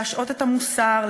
להשעות את המוסר,